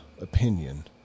opinion